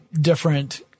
different